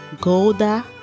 Golda